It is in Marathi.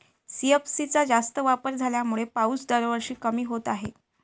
सी.एफ.सी चा जास्त वापर झाल्यामुळे पाऊस दरवर्षी कमी होत आहे